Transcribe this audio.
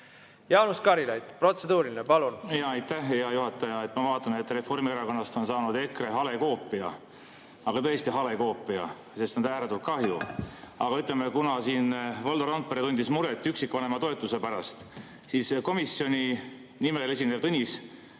Jaanus Karilaid, protseduuriline, palun! Aitäh, hea juhataja! Ma vaatan, et Reformierakonnast on saanud EKRE hale koopia. Tõesti hale koopia ja sellest on ääretult kahju. Aga ütleme, kuna siin Valdo Randpere tundis muret üksikvanema toetuse pärast, siis komisjoni nimel esinev Tõnis